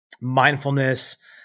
mindfulness